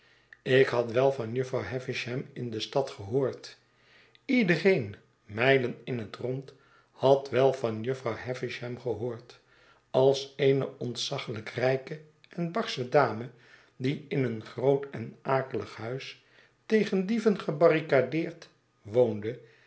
ik had wel van jufvrouw havisham in de stad gehoord iedereen mijlen in het rond had wel van jufvrouw havisham gehoord als eene ontzaglijk rijke en barsche dame die in een groot en akelig huis tegen dieven gebarricadeerd woonde